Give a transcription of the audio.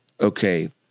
Okay